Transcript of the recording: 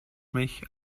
mich